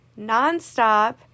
nonstop